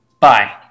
Bye